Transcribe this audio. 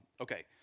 okay